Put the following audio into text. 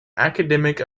academic